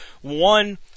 One